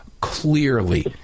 Clearly